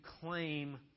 claim